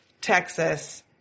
Texas